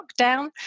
lockdown